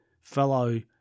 fellow